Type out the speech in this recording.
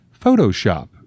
Photoshop